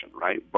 right